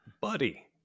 buddy